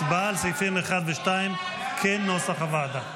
הצבעה על סעיפים 1 ו-2, כנוסח הוועדה.